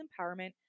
empowerment